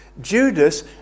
Judas